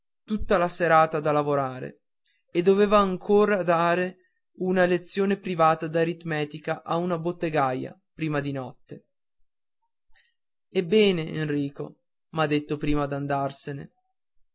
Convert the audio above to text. tutta la serata da lavorare e doveva ancor dare una lezione privata d'aritmetica a una bottegaia prima di notte ebbene enrico m'ha detto andandosene